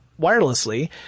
wirelessly